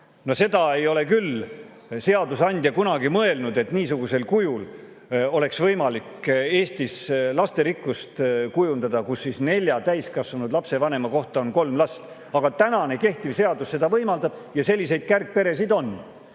seda ei ole küll seadusandja kunagi mõelnud, et niisugusel kujul oleks võimalik Eestis lasterikkust kujundada, kus nelja täiskasvanud lapsevanema kohta on kolm last. Aga tänane kehtiv seadus seda võimaldab ja selliseid kärgperesid on,